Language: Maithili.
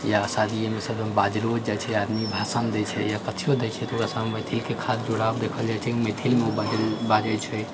या शादियेमे सब बाजलो जाय छै आदमी भाषण दै छै या दै छै मैथिलके खास जुड़ाव देखल जाय छै मैथिलमे बाजल बाजै छै